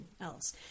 else